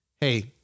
hey